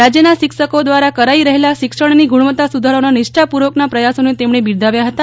રાજ્યના શિક્ષકો દ્વારા કરાઈ રહેલા શિક્ષણની ગુણવત્તા સુધારવાના નિષ્ઠાપૂર્વકના પ્રયાસોને તેમણે બિરદાવ્યા હતા